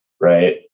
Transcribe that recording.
right